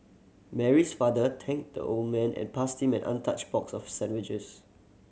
Mary's father thanked the old man and passed him an untouched box of sandwiches